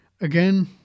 again